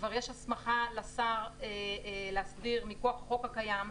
שכבר יש הסמכה לשר להסדיר מכוח החוק הקיים.